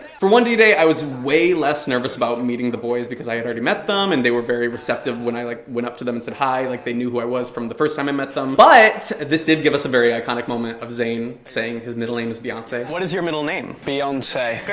for one d day i was way less nervous about meeting the boys because i had already met them and they were very receptive when i like went up to them and said hi, like they knew who i was from the first time i met them. but, this did give us a very iconic moment of zayn saying his middle name is beyonce. what is your middle name? beyonce.